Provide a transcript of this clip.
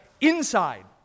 inside